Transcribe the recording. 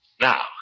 Now